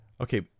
Okay